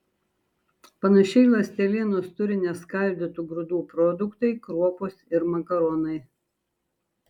panašiai ląstelienos turi neskaldytų grūdų produktai kruopos ir makaronai